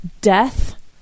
death